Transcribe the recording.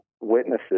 witnesses